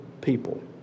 people